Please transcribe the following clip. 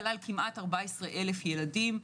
כלל כמעט 14,000 ילדים,